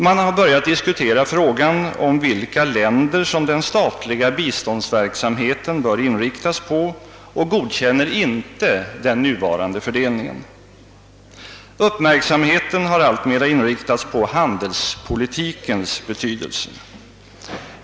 Man har börjat diskutera frågan om vilka länder som den statliga biståndsverksamheten bör inriktas på och godkänner inte den nuvarande fördelningen. Uppmärksamheten har alltmer inriktats på handelspolitikens betydelse.